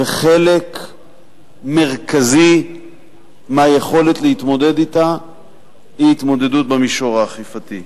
וחלק מרכזי מהיכולת להתמודד אתה היא התמודדות במישור האכיפתי.